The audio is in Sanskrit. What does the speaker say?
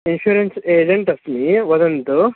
इन्शुरेन्स् एजेण्ट् अस्मि वदन्तु